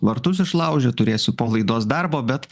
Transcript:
vartus išlaužė turėsiu po laidos darbo bet